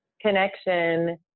connection